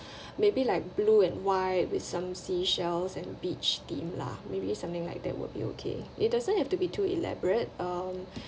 maybe like blue and white with some seashells and beach theme lah maybe something like that will be okay it doesn't have to be too elaborate um